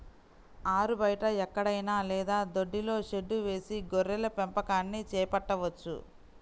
ఆరుబయట ఎక్కడైనా లేదా దొడ్డిలో షెడ్డు వేసి గొర్రెల పెంపకాన్ని చేపట్టవచ్చు